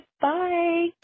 bye